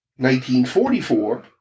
1944